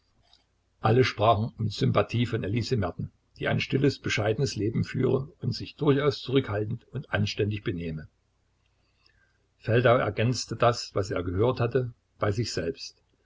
alle sprachen mit sympathie von elise merten die ein stilles bescheidenes leben führe und sich durchaus zurückhaltend und anständig benehme feldau ergänzte das was er gehört hatte bei sich selbst